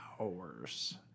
hours